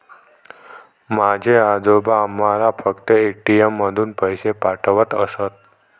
माझे आजोबा आम्हाला फक्त ए.टी.एम मधून पैसे पाठवत असत